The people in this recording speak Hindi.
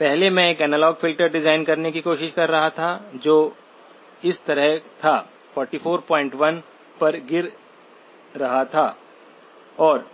पहले मैं एक एनालॉग फ़िल्टर डिजाइन करने की कोशिश कर रहा था जो इस तरह था 441 पर गिर रहा था और